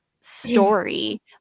story